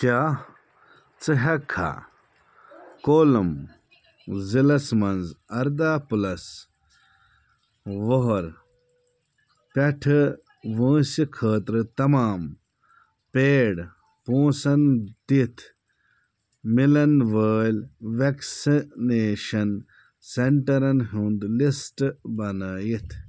کیٛاہ ژٕ ہیٚککھا کولم ضلعس مَنٛز اَرداہ پٕلَس وُہُر پٮ۪ٹھٕ وٲنٛسہِ خٲطرٕ تمام پیڈ پونٛسَن دِتھ مِلن وٲلۍ ویکسِنیشن سینٹرن ہُنٛد لسٹ بنٲیِتھ